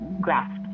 grasp